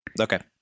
okay